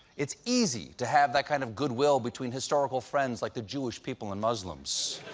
it's easy to have that kind of goodwill between historical friends, like the jewish people and muslims.